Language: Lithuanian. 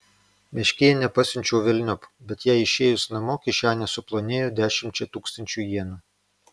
meškėnę pasiunčiau velniop bet jai išėjus mano kišenė suplonėjo dešimčia tūkstančių jenų